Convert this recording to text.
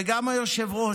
גם היושב-ראש.